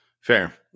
Fair